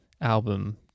album